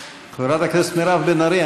חברת הכנסת מירב בן ארי,